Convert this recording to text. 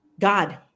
God